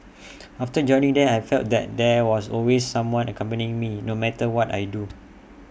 after joining them I felt that there was always someone accompanying me no matter what I do